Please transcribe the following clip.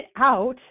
out